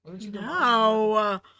no